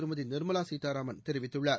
திருமதிநிர்மலாசீதாராமன் தெரிவித்கள்ளார்